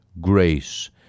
grace